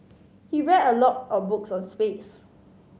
he read a lot of books on space